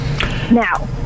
Now